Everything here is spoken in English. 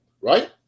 right